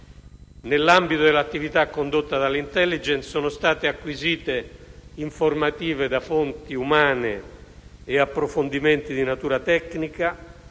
Nell'ambito dell'attività condotta dall'*intelligence* sono state acquisite informative da fonti umane e approfondimenti di natura tecnica,